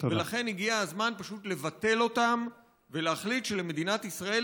ולכן הגיע הזמן פשוט לבטל אותם ולהחליט שלמדינת ישראל